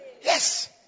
Yes